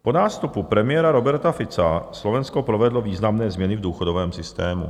Po nástupu premiéra Roberta Fica Slovensko provedlo významné změny v důchodovém systému.